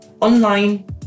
Online